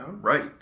right